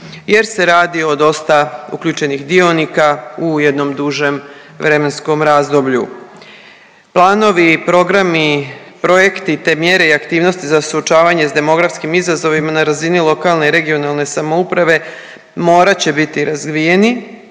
jer se radi o dosta uključenih dionika u jednom dužem vremenskom razdoblju. Planovi, programi, projekti te mjere i aktivnosti za suočavanje s demografskim izazovima na razini lokalne i regionalne samouprave morat će biti razvijeni